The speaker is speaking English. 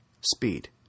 Speed